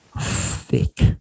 thick